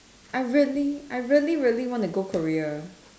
I really I really really wanna go Korea